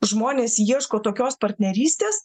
žmonės ieško tokios partnerystės